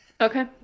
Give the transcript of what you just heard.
okay